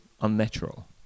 unnatural